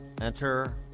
Enter